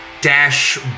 dash